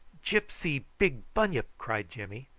gyp see big bunyip! cried jimmy.